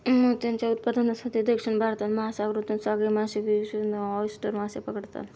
मोत्यांच्या उत्पादनासाठी, दक्षिण भारतात, महासागरातून सागरी मासेविशेषज्ञ ऑयस्टर मासे पकडतात